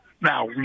Now